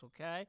okay